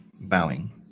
bowing